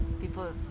people